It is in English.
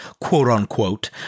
quote-unquote